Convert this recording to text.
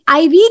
IV